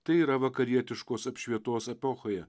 tai yra vakarietiškos apšvietos epochoje